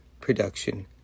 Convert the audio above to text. production